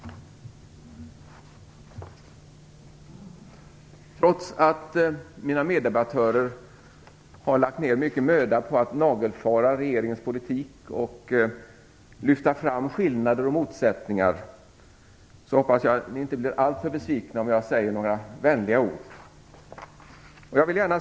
Mina meddebattörer har lagt ner mycken möda på att nagelfara regeringens politik och lyfta fram skillnader och motsättningar. Trots det hoppas jag att ni inte blir alltför besvikna om jag säger några vänliga ord.